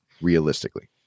realistically